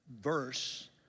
verse